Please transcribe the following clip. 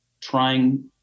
trying